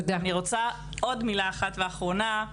עוד מילה אחת ואחרונה.